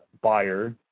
buyer